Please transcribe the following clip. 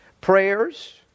prayers